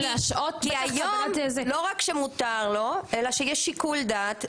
כי היום, לא רק שמותר לו, אלא שיש שיקול דעת.